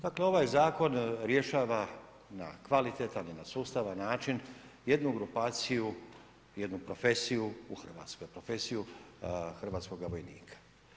Dakle, ovaj zakon rješava na kvalitetan i na sustavan način jednu grupaciju, jednu profesiju u Hrvatskoj, profesiju hrvatskog vojnika.